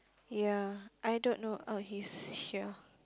ya I don't know oh he's here